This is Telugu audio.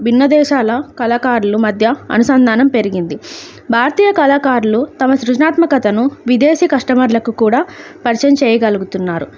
భిన్న దేశాల కళాకారులు మధ్య అనుసంధానం పెరిగింది భారతీయ కళాకారులు తమ సృజనాత్మకతను విదేశీ కస్టమర్లకు కూడా పరిచయం చేయగలుగుతున్నారు